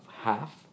half